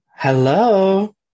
Hello